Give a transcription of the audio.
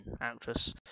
actress